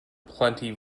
plenty